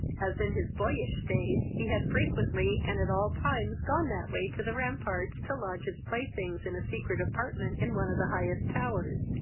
as in his boyish days he had frequently, and at all times gone that way to the ramparts to lodge his playthings in a secret apartment in one of the highest towers,